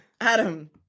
Adam